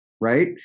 right